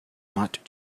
not